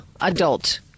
Adult